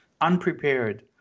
unprepared